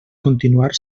continuar